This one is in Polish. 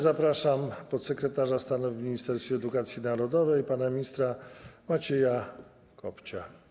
Zapraszam podsekretarza stanu w Ministerstwie Edukacji Narodowej pana ministra Macieja Kopcia.